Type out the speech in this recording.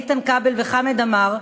איתן כבל וחמד עמאר,